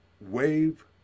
wave